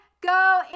go